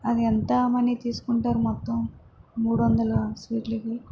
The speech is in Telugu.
అది ఎంత మనీ తీసుకుంటారు మొత్తం మూడు వందల స్వీట్లకి